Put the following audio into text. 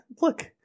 Look